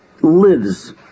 lives